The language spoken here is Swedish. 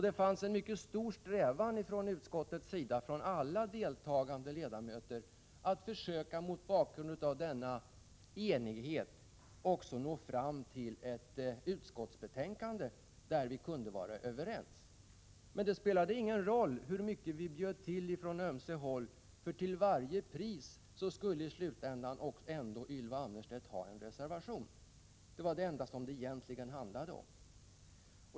Det fanns också en stark strävan hos alla deltagande ledamöter i utskottet att mot bakgrund mot denna enighet försöka nå fram till en enig utskottsskrivning. Men det spelade ingen roll hur mycket vi än bjöd till från ömse håll — i slutändan skulle Ylva Annerstedt ändå till varje pris avge en reservation. Det var det enda som det egentligen handlade om.